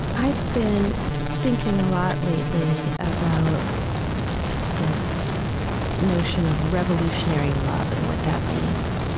i've been thinking a lot lately about this notion of revolutionary love and what that means.